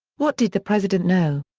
what did the president know?